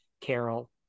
carol